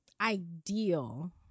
Ideal